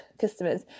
customers